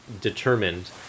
determined